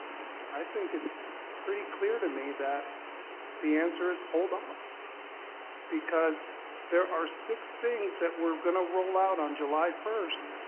i think it's pretty clear to me that the answer is hold off because there are six things that we're going to roll out on july first,